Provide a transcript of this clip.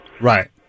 Right